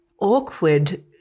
awkward